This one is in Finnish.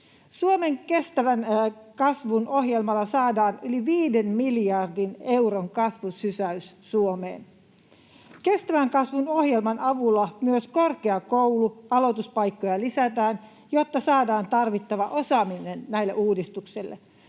Suomen kestävän kasvun ohjelmalla saadaan yli 5 miljardin euron kasvusysäys Suomeen. Kestävän kasvun ohjelman avulla myös korkeakoulualoituspaikkoja lisätään, jotta saadaan tarvittava osaaminen näille uudistuksille.